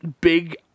big